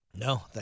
No